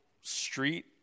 street